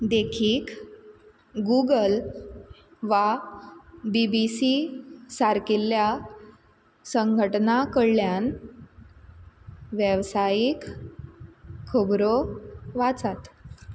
देखीक गुगल वा B B C सारकिल्ल्या संघटना कडल्यान वेवसायीक खबरो वाचात